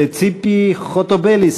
ציפי חוטובלי,